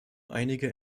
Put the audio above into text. einige